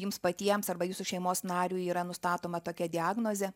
jums patiems arba jūsų šeimos nariui yra nustatoma tokia diagnozė